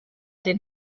den